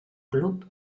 club